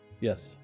yes